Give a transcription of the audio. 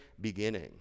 beginning